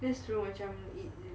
that's true macam it it